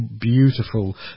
beautiful